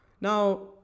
now